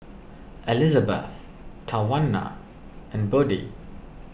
Elisabeth Tawanna and Buddie